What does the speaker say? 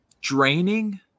draining